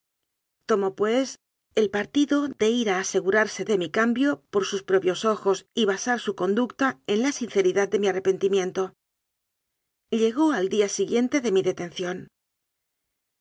tomó pues el parti do de ir a asegurarse de mi cambio por sus pro pios ojos y basar su conducta en la sinceridad de mi arrepentimiento llegó al día siguiente de mi detención